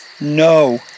No